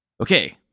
Okay